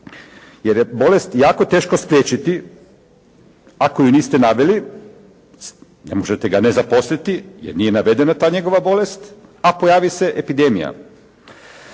Jer je bolest jako teško spriječiti. Ako je niste naveli ne možete ga ne zaposliti jer nije navedena ta njegova bolest, a pojavi se epidemija.